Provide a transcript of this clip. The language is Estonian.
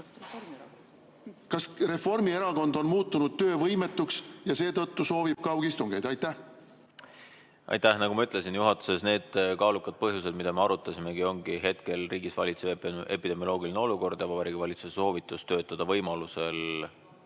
Kas Reformierakond on muutunud töövõimetuks ja seetõttu soovib kaugistungeid? Aitäh! Nagu ma ütlesin, need kaalukad põhjused, mida me juhatuses arutasime, ongi hetkel riigis valitsev epidemioloogiline olukord ja Vabariigi Valitsuse soovitus töötada võimaluse